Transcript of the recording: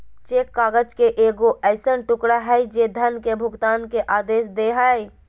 cheque काग़ज़ के एगो ऐसन टुकड़ा हइ जे धन के भुगतान के आदेश दे हइ